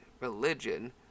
religion